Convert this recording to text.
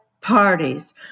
parties